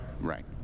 Right